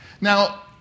Now